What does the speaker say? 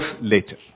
later